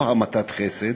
לא המתת חסד,